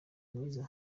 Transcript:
mwiza